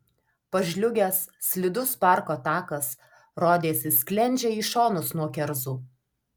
pažliugęs slidus parko takas rodėsi sklendžia į šonus nuo kerzų